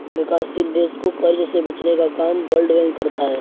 विकासशील देश को कर्ज से बचने का काम वर्ल्ड बैंक करता है